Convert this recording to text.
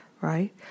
right